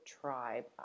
tribe